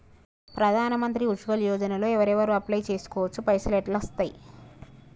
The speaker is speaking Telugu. ప్రధాన మంత్రి ఉజ్వల్ యోజన లో ఎవరెవరు అప్లయ్ చేస్కోవచ్చు? పైసల్ ఎట్లస్తయి?